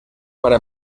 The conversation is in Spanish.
para